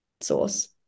sauce